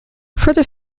further